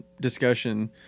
discussion